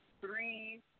three